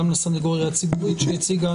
גם לסניגוריה הציבורית שהציגה,